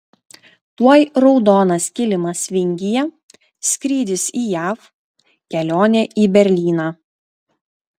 tuoj raudonas kilimas vingyje skrydis į jav kelionė į berlyną